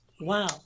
Wow